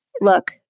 look